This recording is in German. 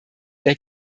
der